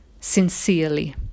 sincerely